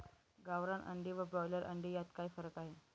गावरान अंडी व ब्रॉयलर अंडी यात काय फरक आहे?